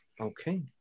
okay